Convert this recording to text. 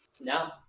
no